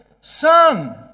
Son